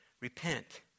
Repent